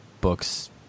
Books